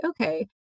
Okay